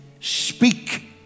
speak